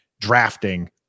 drafting